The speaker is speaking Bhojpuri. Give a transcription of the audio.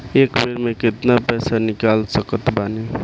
एक बेर मे केतना पैसा निकाल सकत बानी?